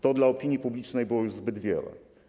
To dla opinii publicznej było już zbyt wiele.